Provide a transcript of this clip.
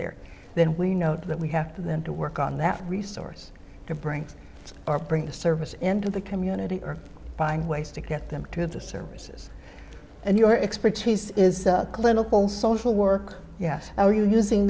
there then we know that we have to then to work on that resource to bring our bring the service into the community are buying ways to get them to have the services and your expertise is the clinical social work yes how are you using